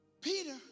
Peter